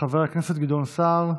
חבר הכנסת גדעון סער,